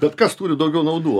bet kas turi daugiau naudų